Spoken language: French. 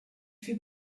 fait